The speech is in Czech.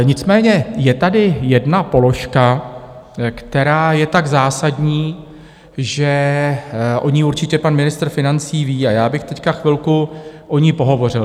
Nicméně je tady jedna položka, která je tak zásadní, že o ní určitě pan ministr financí ví, a já bych teď chvilku o ní pohovořil.